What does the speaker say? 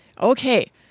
Okay